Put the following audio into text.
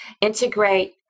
Integrate